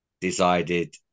decided